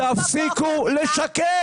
תפסיקו לשקר.